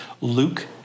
Luke